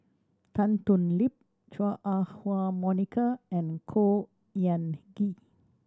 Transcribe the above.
Tan Thoon Lip Chua Ah Huwa Monica and Khor Ean Ghee